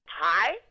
Hi